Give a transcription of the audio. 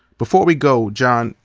before we go, john,